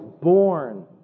born